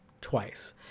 twice